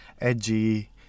edgy